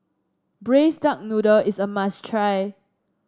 Braised Duck Noodle is a must try